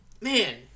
Man